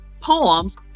poems